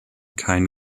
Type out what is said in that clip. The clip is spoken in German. kein